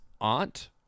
aunt